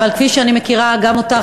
אבל כפי שאני מכירה גם אותך,